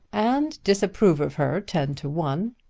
and disapprove of her, ten to one.